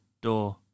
door